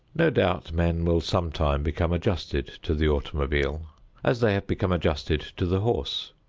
no doubt men will some time become adjusted to the automobile as they have become adjusted to the horse,